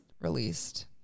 released